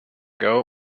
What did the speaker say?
ago